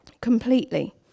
completely